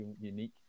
unique